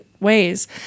ways